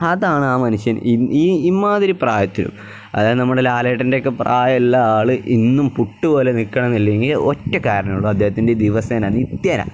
അതാണ് ആ മനുഷ്യൻ ഈ ഇമ്മാതിരി പ്രായത്തിലും അതായത് നമ്മുടെ ലാലേട്ടൻ്റെ ഒക്കെ പ്രായമുള്ള ആൾ ഇന്നും പുട്ട് പോോലെ നിൽക്കണം എന്നുണ്ടെങ്കിൽ ഒറ്റ കാരണമേയുള്ളൂ അദ്ദേഹത്തിൻ്റെ ദിവസേന നിത്യേനെ